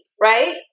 right